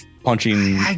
punching